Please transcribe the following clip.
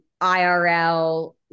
IRL